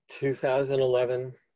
2011